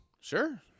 Sure